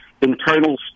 internal